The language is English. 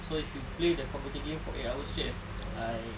so if you play the computer games for eight hours straight eh I